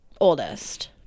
oldest